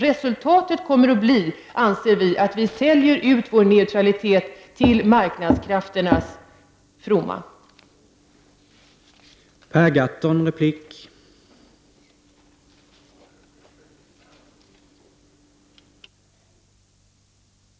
Resultatet kommer att bli att vi säljer ut vår neutralitet till marknadskrafternas fromma.